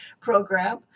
program